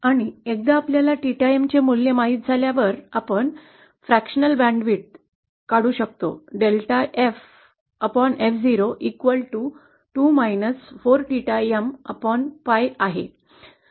आणि एकदा आपल्याला 𝚹 M चे मूल्य माहित झाल्यावर आपण विभागीय bw फ्रॅक्शनल बँड रुंदी काढू शकतो Δ FF0 2 4 𝚹 M pi आहे